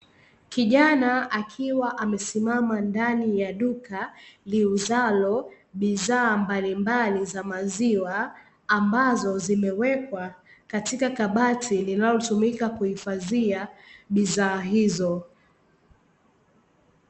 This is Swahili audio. Kijana akiwa amesimama ndani ya duka, liuzalo bidhaa mbalimbali za maziwa, ambazo zimewekwa katika kabati linalotumika kuhifadhia bidhaa hizo.